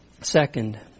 Second